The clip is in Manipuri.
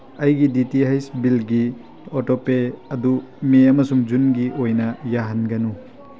ꯑꯩꯒꯤ ꯗꯤ ꯇꯤ ꯍꯩꯁ ꯕꯤꯜꯒꯤ ꯑꯣꯇꯣꯄꯦ ꯑꯗꯨ ꯃꯦ ꯑꯃꯁꯨꯡ ꯖꯨꯟꯒꯤ ꯑꯣꯏꯅ ꯌꯥꯍꯟꯒꯅꯨ